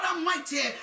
Almighty